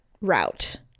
route